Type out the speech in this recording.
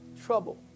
trouble